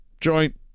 joint